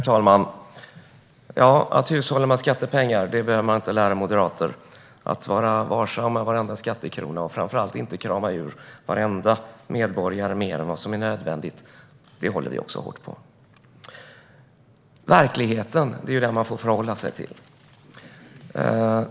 Herr talman! Att hushålla med skattepengar behöver man inte lära moderater. Vi håller också hårt på att man ska vara varsam med varenda skattekrona och framför allt inte krama ur varenda medborgare mer än vad som är nödvändigt. Verkligheten är det man får förhålla sig till.